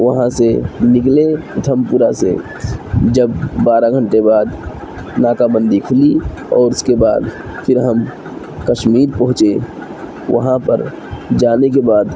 وہاں سے نکلے اتھم پورہ سے جب بارہ گھنٹے بعد ناکہ بندی کھلی اور اس کے بعد پھر ہم کشمیر پہنچے وہاں پر جانے کے بعد